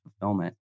fulfillment